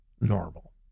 normal